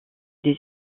des